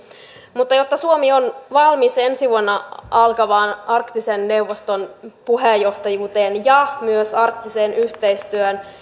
mutta jotta suomi on valmis ensi vuonna alkavaan arktisen neuvoston puheenjohtajuuteen ja myös arktisen yhteistyön